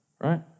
Right